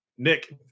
Nick